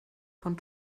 von